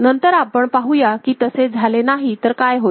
नंतर आपण पाहूया की तसे झाले नाही तर काय होईल